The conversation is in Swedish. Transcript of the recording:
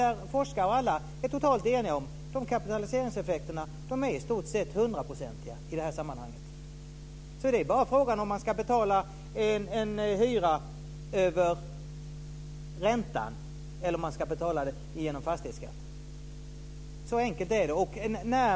Forskare och alla andra är totalt eniga om att de kapitaliseringseffekterna i stort sett är hundraprocentiga i detta sammanhang. Frågan är bara om hyran ska betalas över ränta eller över fastighetsskatt; så enkelt är det.